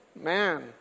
Man